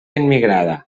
immigrada